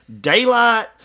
daylight